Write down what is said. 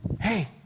hey